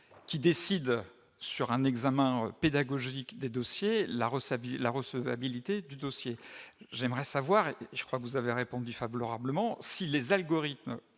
qui décide sur un examen pédagogique des dossiers la Reuss, il la recevabilité du dossier, j'aimerais savoir, je crois que vous avez répondu favorablement, si les algorithmes